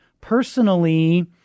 personally